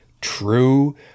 true